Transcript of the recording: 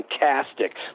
fantastic